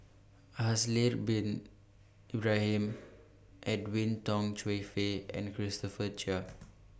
Haslir Bin Ibrahim Edwin Tong Chun Fai and Christopher Chia